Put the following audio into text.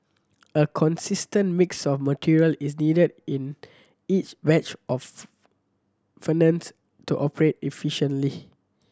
a consistent mix of material is needed in each batch of furnace to operate efficiently